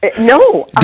No